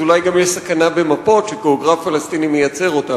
אז אולי גם יש סכנה במפות שגיאוגרף פלסטיני מייצר.